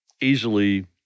easily